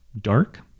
dark